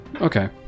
Okay